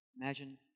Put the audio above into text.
Imagine